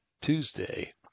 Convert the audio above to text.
Tuesday